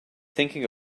thinking